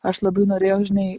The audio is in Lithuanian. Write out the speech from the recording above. aš labai norėjau žinai